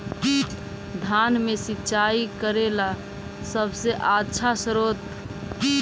धान मे सिंचाई करे ला सबसे आछा स्त्रोत्र?